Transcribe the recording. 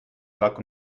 sack